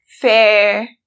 fair